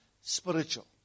spiritual